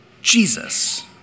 Jesus